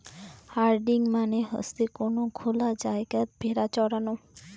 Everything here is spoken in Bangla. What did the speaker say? হার্ডিং মানে হসে কোন খোলা জায়গাত ভেড়া চরানো